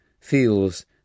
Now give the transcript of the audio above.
feels